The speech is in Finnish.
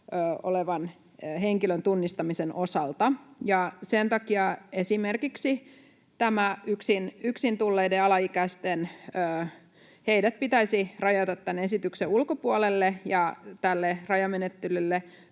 olevan henkilön tunnistamisen osalta. Sen takia esimerkiksi yksin tulleet alaikäiset pitäisi rajata tämän esityksen ulkopuolelle, ja tälle rajamenettelylle